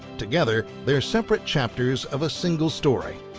together they're separate chapters of a single story.